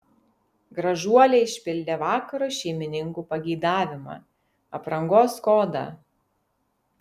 gražuolė išpildė vakaro šeimininkų pageidavimą aprangos kodą